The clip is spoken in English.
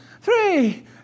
three